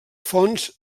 fonts